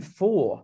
four